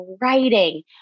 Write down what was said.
writing